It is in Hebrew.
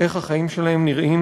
איך החיים שלהם נראים.